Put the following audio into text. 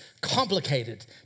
complicated